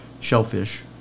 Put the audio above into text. shellfish